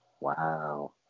wow